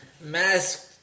mask